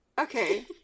Okay